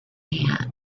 hand